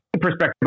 perspective